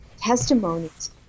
testimonies